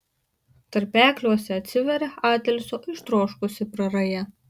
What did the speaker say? tarpekliuose atsiveria atilsio ištroškusi praraja